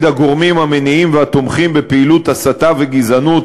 הגורמים המניעים והתומכים בפעילות הסתה וגזענות,